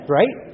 right